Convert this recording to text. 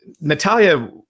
Natalia